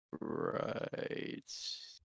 right